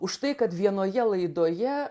už tai kad vienoje laidoje